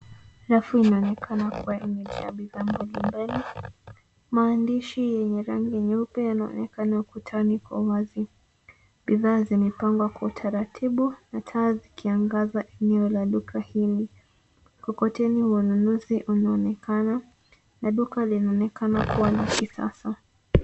Rafu inaonekana kuwa imejaa bidhaa mbalimbali. Maandishi yenye rangi nyeupe yanaonekana ukutani kwa wazi. Bidhaa zimepangwa kwa utaratibu na taa zikiangaza eneo la duka hili. Kokoteni ununuzi unaonekana na duka linaonekana kuwa ni la sasa.